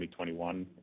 2021